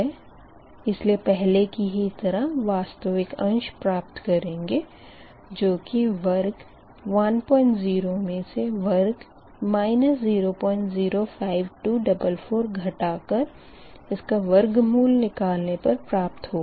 इसलिए पहले की ही तरह वास्तविक अंश प्राप्त करेंगे जो कि वर्ग 10 मे से वर्ग 005244 घटा कर इसका वर्गमूल निकालने पर प्राप्त होगा